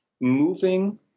moving